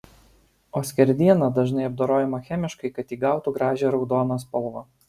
o skerdiena dažnai apdorojama chemiškai kad įgautų gražią raudoną spalvą